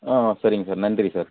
ஆ சரிங்க சார் நன்றி சார்